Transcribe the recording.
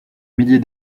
millier